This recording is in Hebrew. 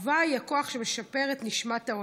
אהבה היא הכוח שמשפר את נשמת העולם.